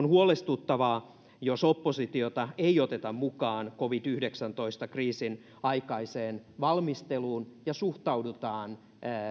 on huolestuttavaa jos oppositiota ei oteta mukaan covid yhdeksäntoista kriisin aikaiseen valmisteluun ja suhtaudutaan